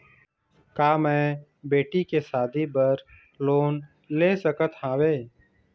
का मैं बेटी के शादी बर लोन ले सकत हावे?